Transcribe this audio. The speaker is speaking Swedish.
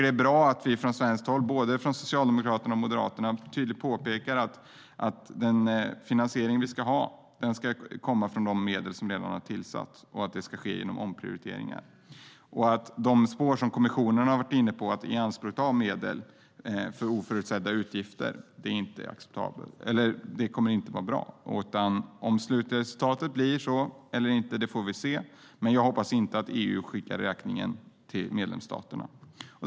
Det är bra att vi från svenskt håll, både Socialdemokraterna och Moderaterna, tydligt pekar på att den finansiering som vi ska ha ska komma från medel som redan har tillsatts, att den ska ske genom omprioriteringar och att det spår som kommissionen har varit inne på när det gäller att ta medel i anspråk för oförutsedda utgifter inte kommer att vara bra. Om det blir slutresultatet eller inte får vi se, men jag hoppas att EU inte skickar räkningen till medlemsstaterna.